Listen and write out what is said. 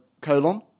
colon